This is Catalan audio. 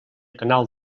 canal